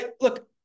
look